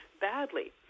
badly